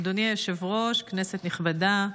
אדוני היושב-ראש, כנסת נכבדה,